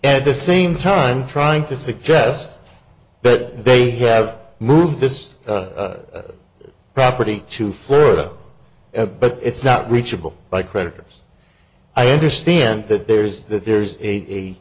at the same time trying to suggest that they have moved this property to florida but it's not reachable by creditors i understand that there's that there's a